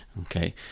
okay